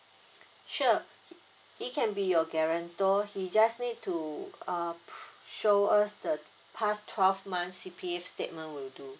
sure he he can be your guarantor he just need to uh pro~ show us the past twelve months C_P_F statement will do